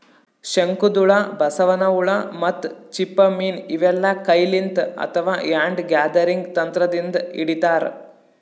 ಶಂಕದ್ಹುಳ, ಬಸವನ್ ಹುಳ ಮತ್ತ್ ಚಿಪ್ಪ ಮೀನ್ ಇವೆಲ್ಲಾ ಕೈಲಿಂತ್ ಅಥವಾ ಹ್ಯಾಂಡ್ ಗ್ಯಾದರಿಂಗ್ ತಂತ್ರದಿಂದ್ ಹಿಡಿತಾರ್